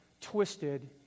twisted